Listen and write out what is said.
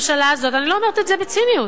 אני לא אומרת את זה בציניות.